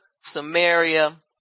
Samaria